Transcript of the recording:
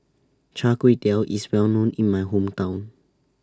Char Kway Teow IS Well known in My Hometown